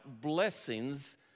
blessings